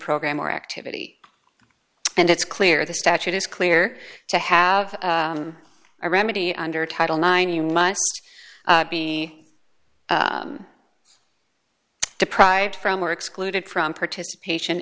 program or activity and it's clear the statute is clear to have a remedy under title nine you must be deprived from or excluded from participation